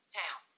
town